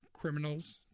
criminals